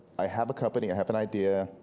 i have a company, i have an idea,